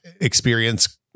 experience